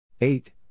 Eight